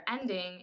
ending